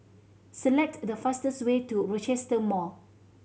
select the fastest way to Rochester Mall